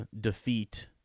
defeat